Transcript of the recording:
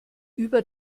über